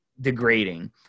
degrading